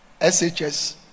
shs